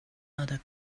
other